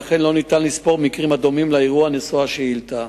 ולכן לא ניתן לספור מקרים הדומים לאירוע נשוא השאילתא.